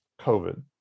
COVID